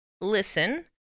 listen